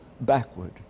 backward